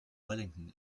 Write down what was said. wellington